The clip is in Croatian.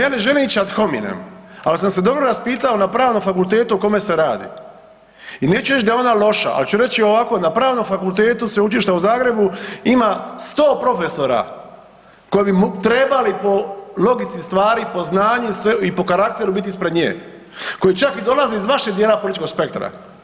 Ja ne želim ići ad hominem ali sam se dobro raspitao na Pravnom fakultetu o kome se radi i neću reći da je ona loša, ali ću reći ovako na Pravnom fakultetu Sveučilišta u Zagrebu ima 100 profesora koji bi trebali po logici stvari, po znanju i po karakteru biti ispred nje, koji čak i dolaze iz vašeg dijela političkog spektra.